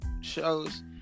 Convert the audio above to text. shows